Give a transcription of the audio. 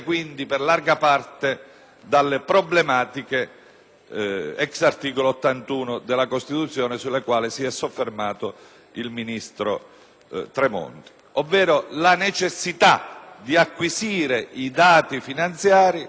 *ex* articolo 81 della Costituzione, sulle quali si è soffermato il ministro Tremonti: ovvero, la necessità di acquisire i dati finanziari sull'articolazione territoriale della spesa